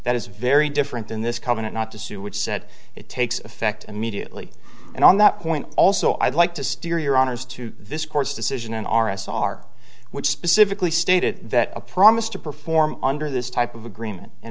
that is very different in this covenant not to sue which said it takes effect immediately and on that point also i'd like to steer your honour's to this court's decision in r s r which specifically stated that a promise to perform under this type of agreement